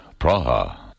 Praha